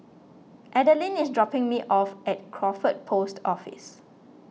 Adeline is dropping me off at Crawford Post Office